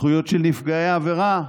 זכויות של נפגעי עבירה.